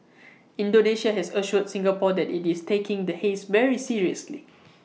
Indonesia has assured Singapore that IT is taking the haze very seriously